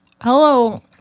Hello